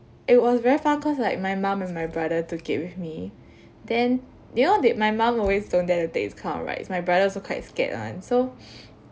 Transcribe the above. it was very fun cause like my mum and my brother took it with me then they all did my mum always don't dare to take this kind of rides my brother also quite scared [one] so